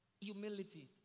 humility